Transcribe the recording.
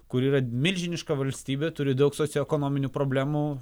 kuri yra milžiniška valstybė turi daug socioekonominių problemų